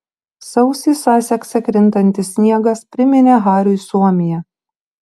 sausį sasekse krintantis sniegas priminė hariui suomiją